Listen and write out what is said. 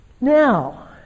Now